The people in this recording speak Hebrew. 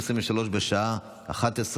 כן,